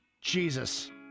Jesus